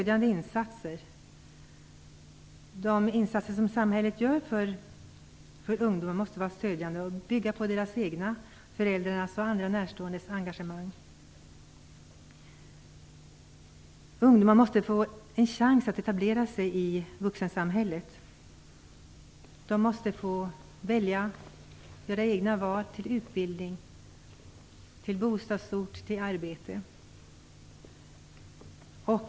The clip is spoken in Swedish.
De insatser som samhället gör för ungdomar måste vara stödjande och bygga på deras egna, föräldrarnas och andra närståendes engagemang. Ungdomar måste få en chans att etablera sig i vuxensamhället. De måste få göra egna val till utbildning, bostadsort och arbete.